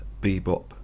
bebop